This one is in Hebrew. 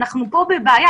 אנחנו פה בבעיה.